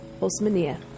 Osmania